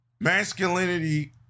Masculinity